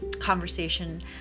conversation